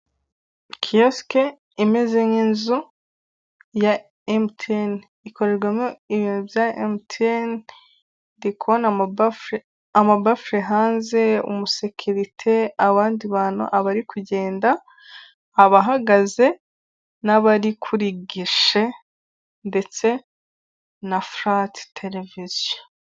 kiyosike imeze nk'inzu ya emutiyene ikorerwamo ibintu bya emutiyene ndi kubona amabafure hanze, umusekirite abandi bantu, abari kugenda abahagaze n'abari kuri gishe ndetse na furati televiziyo.